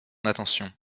attention